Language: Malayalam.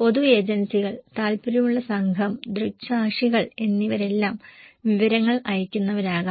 പൊതു ഏജൻസികൾ താൽപ്പര്യമുള്ള സംഘം ദൃക്സാക്ഷികൾ എന്നിവരെല്ലാം വിവരങ്ങൾ അയയ്ക്കുന്നവരാകാം